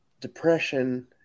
depression